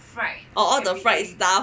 orh all the fried stuffs